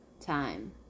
time